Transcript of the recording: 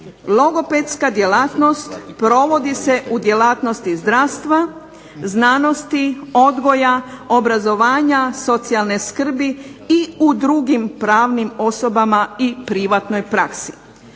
logopedska djelatnost provodi se u djelatnosti zdravstva, znanosti, odgoja, obrazovanja, socijalne skrbi i u drugim pravnim osobama i pravnoj praksi.